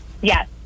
Yes